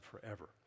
forever